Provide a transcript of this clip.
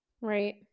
Right